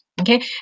okay